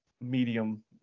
medium